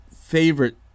favorite